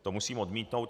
To musím odmítnout.